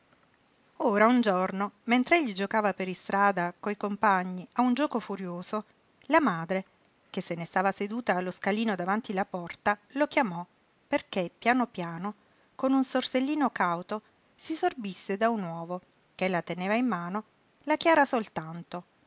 ora un giorno mentr'egli giocava per istrada coi compagni a un gioco furioso la madre che se ne stava seduta allo scalino davanti la porta lo chiamò perché piano piano con un sorsellino càuto si sorbisse da un uovo ch'ella teneva in mano la chiara soltanto